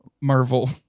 Marvel